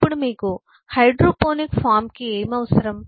ఇప్పుడు మీకు hydroponic farm కి ఏమి అవసరం